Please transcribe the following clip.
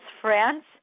France